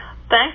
Thanks